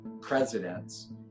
presidents